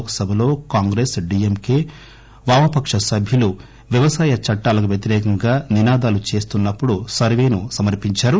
లోక్ సభలో కాంగ్రెస్ డిఎంకె వామపక్ష సభ్యులు వ్యవసాయ చట్టాలకు వ్యతిరేకంగా నినాదాలు చేస్తున్నప్పుడు సర్వేను సమర్పించారు